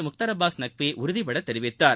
முக்தார் அப்பாஸ் நக்வி உறுதிப்பட தெரிவித்தார்